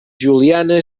juliana